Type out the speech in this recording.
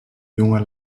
junger